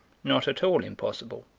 not at all impossible,